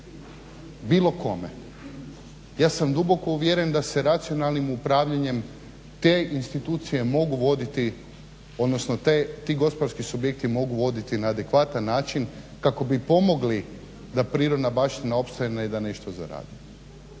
bilo kome. Ja sam duboko uvjeren da se racionalnim upravljanjem te institucije mogu voditi, odnosno ti gospodarski subjekti mogu voditi na adekvatan način kako bi pomogli da prirodna baština opstane i da nešto zaradi.